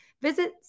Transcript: visit